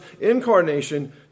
incarnation